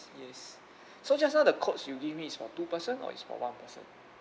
yes so just now the quotes you give me is for two person or is for one person